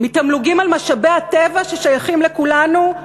מתמלוגים על משאבי הטבע ששייכים לכולנו?